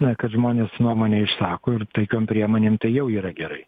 na kad žmonės nuomonę išsako ir taikiom priemonėm tai jau yra gerai